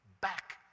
back